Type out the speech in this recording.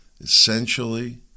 Essentially